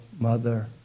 Mother